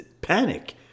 panic